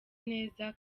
neza